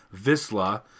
visla